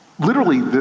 literally,